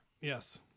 Yes